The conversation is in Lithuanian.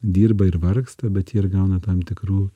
dirba ir vargsta bet jie ir gauna tam tikrų